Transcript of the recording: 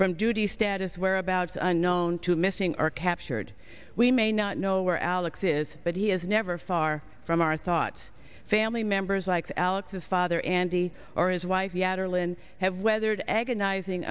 from duty status whereabouts unknown to missing are captured we may not know where alex is but he is never far from our thoughts family members like alex's father andy or his wife yet or lynn have weathered agonizing